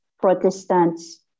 Protestants